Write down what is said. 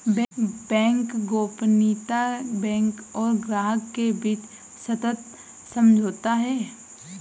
bank गोपनीयता bank और ग्राहक के बीच सशर्त समझौता है